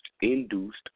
induced